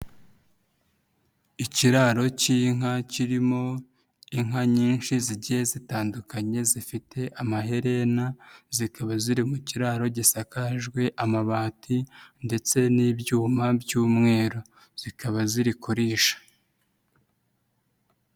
Ikiraro k'inka kirimo inka nyinshi zigiye zitandukanye zifite amaherena, zikaba ziri mu kiraro gisakajwe amabati ndetse n'ibyuma by'umweru zikaba ziri kurisha.